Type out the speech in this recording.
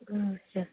اچھا